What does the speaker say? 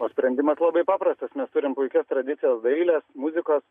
o sprendimas labai paprastas mes turim puikias tradicijas dailės muzikos